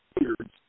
weird